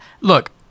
look